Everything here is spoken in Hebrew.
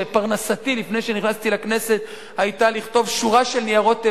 שפרנסתי לפני שנכנסתי לכנסת היתה לכתוב שורה של ניירות עמדה,